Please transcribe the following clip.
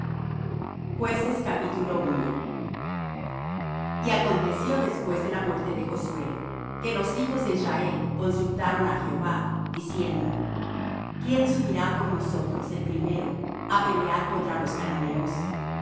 y acontecio después de la muerte de josué que los hijos de israel consultaron á jehová diciendo quién subirá por nosotros el primero á pelear contra los cananeos